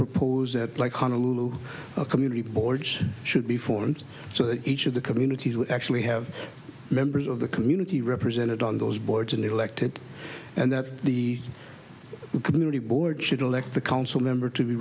propose that like honolulu a community boards should be formed so that each of the communities would actually have members of the community represented on those boards and elected and that the community boards should elect the council member to